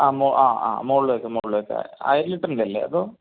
ആ മൊ ആ ആ മുകളിലേക്ക് മുകളിലേക്ക് ആയിരം ലിറ്റർൻ്റെയല്ലേ അതോ